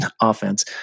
offense